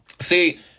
see